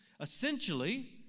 Essentially